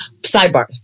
sidebar